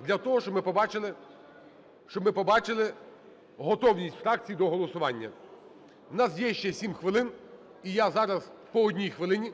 для того, щоб ми побачили готовність фракцій до голосування. У нас є ще 7 хвилин, і я зараз по одній хвилині…